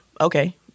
Okay